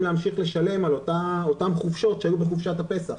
להמשיך לשלם על אותן חופשות שהיו בחופשת הפסח.